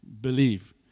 believe